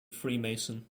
freemason